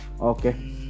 Okay